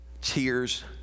tears